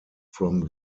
from